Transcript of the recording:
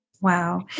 Wow